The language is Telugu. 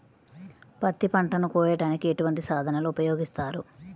పత్తి పంటను కోయటానికి ఎటువంటి సాధనలు ఉపయోగిస్తారు?